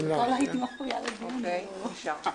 1 נמנעים,